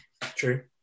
true